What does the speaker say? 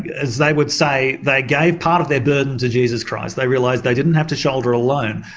as they would say, they gave part of their burden to jesus christ, they realised they didn't have to shoulder alone.